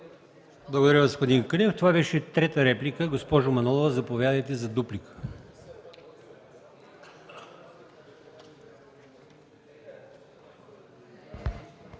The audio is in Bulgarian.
Благодаря, господин Кънев. Това беше трета реплика. Госпожо Манолова, заповядайте за дуплика.